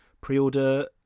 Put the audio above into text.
pre-order